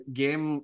game